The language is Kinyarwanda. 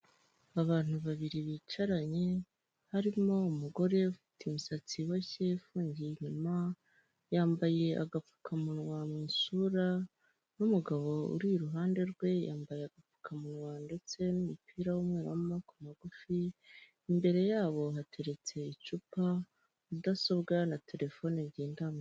Abantu babiri bicaranye harimo umugore ufite imisatsi iboshye ifungiye inyuma, yambaye agapfukamunwa mu isura n'umugabo uri iruhande rwe yambaye agapfukamunwa ndetse n'umupira w'umweru w'amaboko magufi, imbere yabo hateretse icupa, mudasobwa na terefone ngendanwa.